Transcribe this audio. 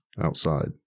outside